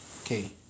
Okay